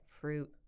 fruit